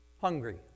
hungry